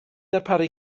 darparu